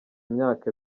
imyaka